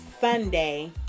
Sunday